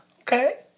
Okay